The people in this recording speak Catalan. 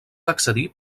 accedir